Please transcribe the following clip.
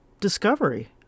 discovery